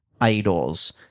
idols